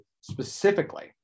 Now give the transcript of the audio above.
specifically